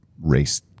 race